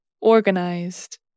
organized